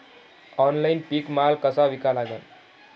Online पीक माल कसा विका लागन?